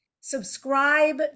Subscribe